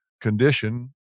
condition